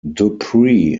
dupree